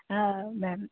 હા મેમ